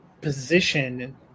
position